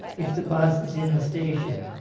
if the bus is in the station,